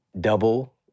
double